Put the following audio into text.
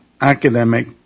academic